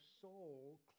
soul